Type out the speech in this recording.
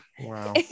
Wow